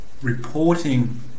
Reporting